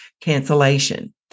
cancellation